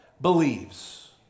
believes